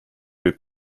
võib